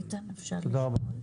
תודה רבה.